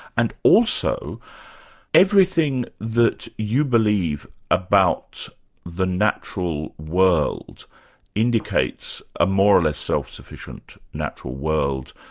and also everything that you believe about the natural world indicates a more or less self-sufficient natural world.